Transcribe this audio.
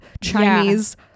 Chinese